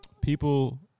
People